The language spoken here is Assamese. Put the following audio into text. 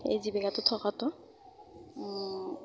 এই জীৱিকাটো থকাটো